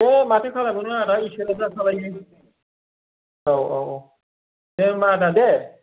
दे माथो खालायबावनो आदा ईसोरा जा खालायो औ औ औ दे होम्बा आदा दे